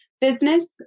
business